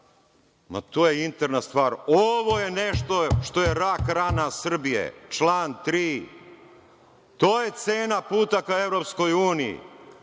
Ma to je interna stvar. Ovo je nešto što je rak rana Srbije, član 3. To je cena puta ka EU. Zato sam